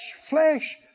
flesh